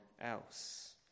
else